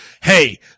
hey